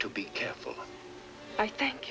to be careful i thank